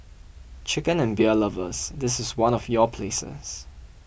chicken and beer lovers this is one of your places